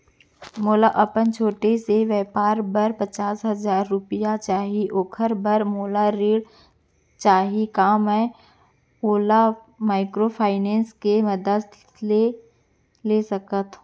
मोला अपन छोटे से व्यापार बर पचास हजार रुपिया चाही ओखर बर मोला ऋण चाही का मैं ओला माइक्रोफाइनेंस के मदद से ले सकत हो?